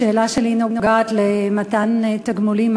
השאלה שלי נוגעת למתן תגמולים,